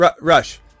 Rush